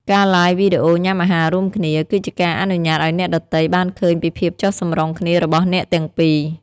ការ Live វីដេអូញ៉ាំអាហាររួមគ្នា គឺជាការអនុញ្ញាតឱ្យអ្នកដទៃបានឃើញពីភាពចុះសម្រុងគ្នារបស់អ្នកទាំងពីរ។